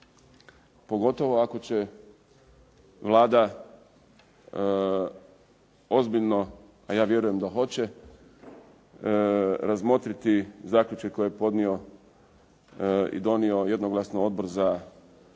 Pogotovo ako će Vlada ozbiljno, a ja vjerujem da hoće razmotriti zaključke koje je podnio i donio jednoglasno Odbor za pomorstvo,